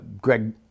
Greg